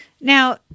Now